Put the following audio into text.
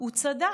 הוא צדק.